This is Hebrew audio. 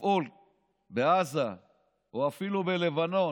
לפעול בעזה או אפילו בלבנון